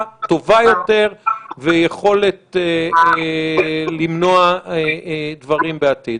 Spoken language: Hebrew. טובה יותר ויכולת למנוע דברים בעתיד?